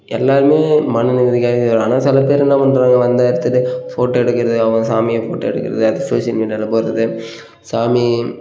எல்லோருமே மன நிம்மதிக்காக இங்கே வரான் ஆனால் சில பேர் என்ன பண்ணுறாங்க வந்த இடத்துலே ஃபோட்டோ எடுக்கிறது அவன் சாமியை ஃபோட்டோ எடுக்கிறது அது சோஷியல் மீடியாவில் போடுறது சாமி